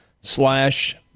slash